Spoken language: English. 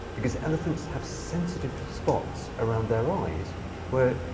because elephants have sensitive spots around their eyes where,